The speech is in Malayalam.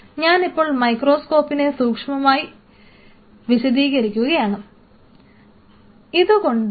ഞാനിപ്പോൾ മൈക്രോസ്കോപ്പിനെ സൂക്ഷ്മമായി വിശദീകരിക്കുകയാണ്